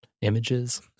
images